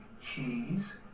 cheese